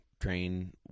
train